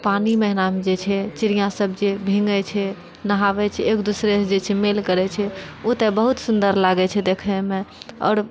पानि महीनामे जे छै चिड़िया सब भींगै छै नहाबै छै एक दोसरासँ जे छै मेल करै छै उ तऽ बहुत सुन्दर लागै छै देखैमे आओर